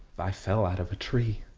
i fell out of a tree.